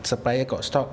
supplier got stock